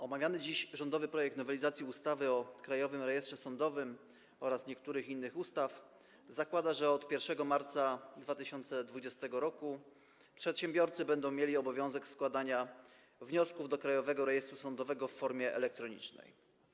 Omawiany dziś rządowy projekt nowelizacji ustawy o Krajowym Rejestrze Sądowym oraz niektórych innych ustaw zakłada, że od 1 marca 2020 r. przedsiębiorcy będą mieli obowiązek składania wniosków do Krajowego Rejestru Sądowego w formie elektronicznej.